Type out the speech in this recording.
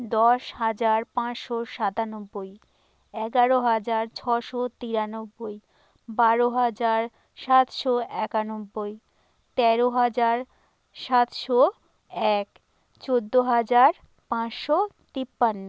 দশ হাজার পাঁচশো সাতানব্বই এগারো হাজার ছশো তিরানব্বই বারো হাজার সাতশো একানব্বই তেরো হাজার সাতশো এক চোদ্দো হাজার পাঁচশো তিপান্ন